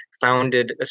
founded